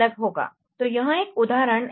तो यह एक उदाहरण ADC 0804 है